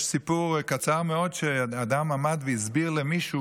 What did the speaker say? יש סיפור קצר מאוד: אדם עמד והסביר למישהו